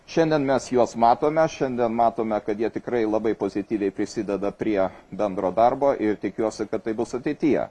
šiandien mes juos matome šiandien matome kad jie tikrai labai pozityviai prisideda prie bendro darbo ir tikiuosi kad tai bus ateityje